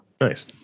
nice